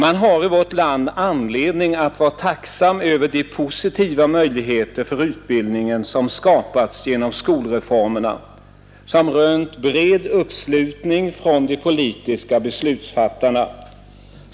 Vi har i vårt land anledning att vara tacksamma över de positiva möjligheter till utbildning som skapats genom de stora skolreformerna, som rönt bred uppslutning från de politiska beslutsfattarna.